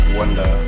wonder